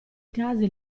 casi